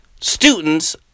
students